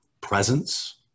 presence